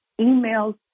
emails